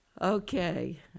Okay